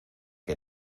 que